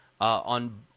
on